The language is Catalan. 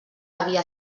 havia